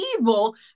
evil